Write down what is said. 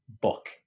book